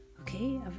Okay